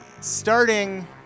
starting